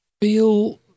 feel